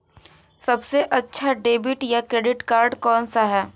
सबसे अच्छा डेबिट या क्रेडिट कार्ड कौन सा है?